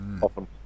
often